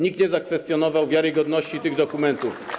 Nikt nie zakwestionował wiarygodności tych dokumentów.